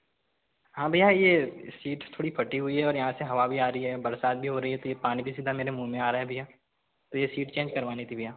हाँ भैया ये सीट थोड़ी फ़टी हुई है और यहाँ से हवा भी आ रही है बरसात भी हो रही है तो ये पानी भी सीधा मेरे मुँह में आ रहा है भैया तो ये सीट चेंज करवानी थी भैया